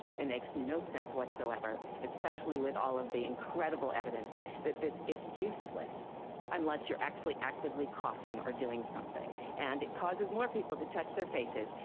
it makes no sense whatsoever, especially with all of the incredible evidence that this is useless unless you're actually actively coughing or doing something, and it causes more people to touch their faces,